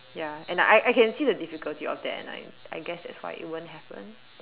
ya and I I can see the difficulty of that and I I guess that's why it won't happen that